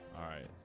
i